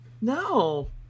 no